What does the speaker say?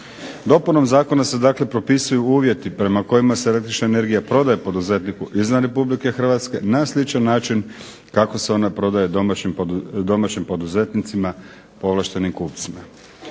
Dopunom zakona se propisuju uvjeti prema kojima se električna energija prodaje poduzetniku izvan Republike Hrvatske na sličan način kako se ona prodaje domaćem poduzetnicima povlaštenim kupcima.